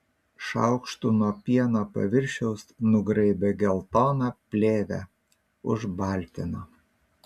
šaukštu nuo pieno paviršiaus nugraibė geltoną plėvę užbaltino